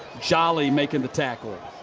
jolly making the tackle. a